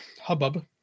hubbub